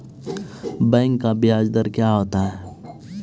Bank का ब्याज दर क्या होता हैं?